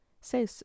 say